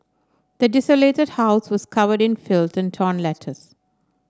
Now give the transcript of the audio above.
the desolated house was covered in filth and torn letters